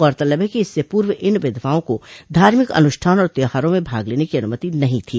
गौरतलब है कि इससे पूर्व इन विधवाओं को धार्मिक अनुष्ठान और त्यौहारों में भाग लेने की अनुमति नहीं थी